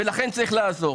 ולכן צריך לעזור.